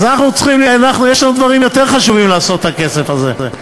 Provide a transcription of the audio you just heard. אז יש לנו דברים יותר חשובים לעשות עם הכסף הזה.